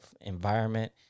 environment